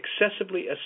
excessively